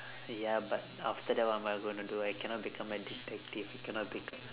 ya but after that what am I going to do I cannot become a detective I cannot become